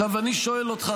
עכשיו אני שואל אותך,